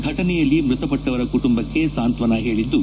ಘಟನೆಯಲ್ಲಿ ಮೃತಪಟ್ಟವರ ಕುಟುಂಬಕ್ಕೆ ಸಾಂತ್ವನ ಹೇಳಿದ್ದು